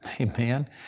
Amen